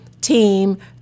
team